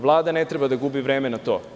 Vlada ne treba da gubi vreme na to.